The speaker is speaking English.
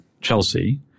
Chelsea